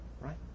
right